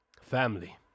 Family